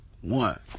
One